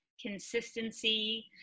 consistency